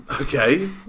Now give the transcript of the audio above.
Okay